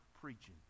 preaching